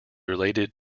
related